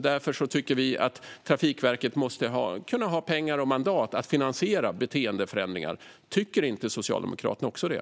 Vi tycker därför att Trafikverket måste kunna ha pengar och mandat att finansiera beteendeförändringar. Tycker inte Socialdemokraterna också det?